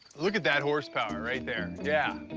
look at that horsepower right there. yeah.